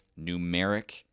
numeric